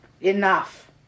Enough